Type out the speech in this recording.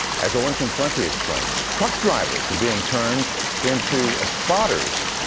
as owen conflenti explains, truck drivers are being turned into spotters.